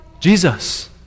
Jesus